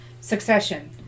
Succession